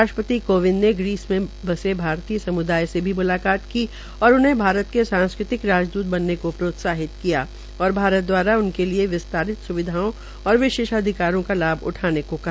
राष्ट्रपति कोविंद ने ग्रीस में बसे भारतीय सम्दाय से भी म्लाकात की और उन्हें भारत के सांस्कृतिक राजदूत बनने को प्रोत्साहित किया और भारत द्वारा उनके लिए विस्तारित स्विधाये और विशेषाधिकारों का लाभ उठाने को कहा